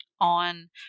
on